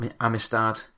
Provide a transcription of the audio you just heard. Amistad